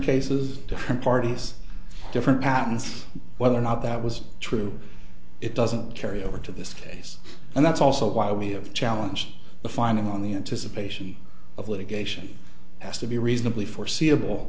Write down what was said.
cases different parties different patterns whether or not that was true it doesn't carry over to this case and that's also why we have challenged the finding on the anticipation of litigation has to be reasonably foreseeable